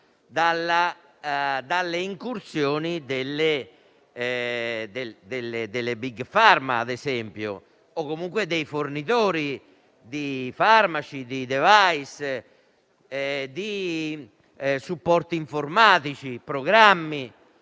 dalle incursioni delle *big pharma* o comunque dei fornitori di farmaci, di *device*, di supporti informatici e programmi.